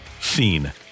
scene